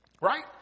right